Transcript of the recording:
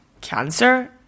cancer